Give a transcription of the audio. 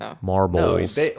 Marbles